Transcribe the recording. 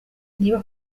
niba